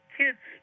kids